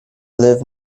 live